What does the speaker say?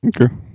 Okay